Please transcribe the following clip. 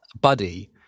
Buddy